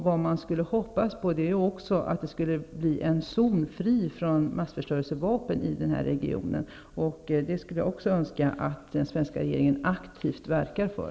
Vad man kan hoppas på är att det i den här regionen blir en zon fri från massförstörelsevapen. Det skulle jag också önska att den svenska regeringen aktivt verkade för.